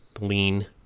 lean